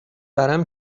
ورم